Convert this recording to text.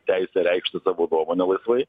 teisę reikšti savo nuomonę laisvai